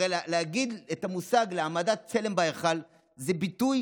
הרי להגיד, המושג העמדת צלם בהיכל זה ביטוי